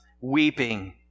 weeping